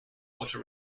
puerto